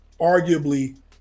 arguably